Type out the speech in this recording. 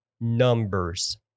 numbers